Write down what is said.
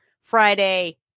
Friday